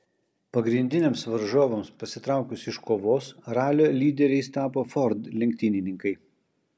pagrindiniams varžovams pasitraukus iš kovos ralio lyderiais tapo ford lenktynininkai